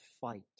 fight